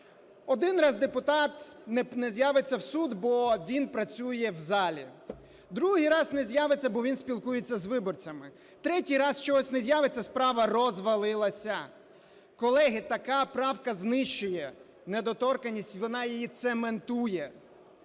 Один раз депутат не з'явиться в суд, бо він працює в залі. Другий раз не з'явиться, бо він спілкується з виборцями. Третій раз чогось не з'явиться – справа розвалилася. Колеги, така правка знищує недоторканність, вона її цементує.